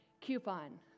coupon